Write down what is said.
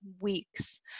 weeks